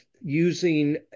using